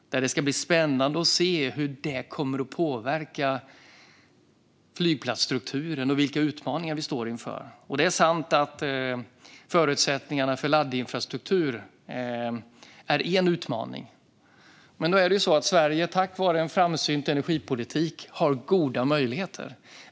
Det ska bli spännande att se hur det kommer att påverka flygplatsstrukturen och vilka utmaningar vi står inför. Det är sant att förutsättningarna för laddinfrastruktur är en utmaning. Men då är det ju så att Sverige tack vare en framsynt energipolitik har goda möjligheter.